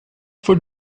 for